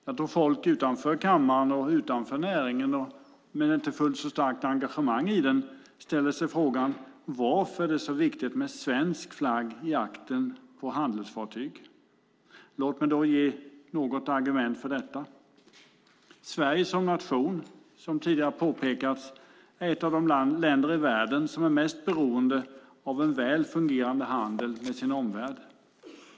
Jag tror att folk utanför kammaren, utanför näringen och med inte fullt så starkt engagemang i den ställer sig frågan varför det är så viktigt med svensk flagg i aktern på handelsfartyg. Låt mig ge något argument för detta. Sverige som nation är, som tidigare har påpekats, ett av de länder i världen som är mest beroende av en väl fungerande handel med sin omvärld.